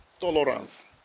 Tolerance